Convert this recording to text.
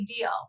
deal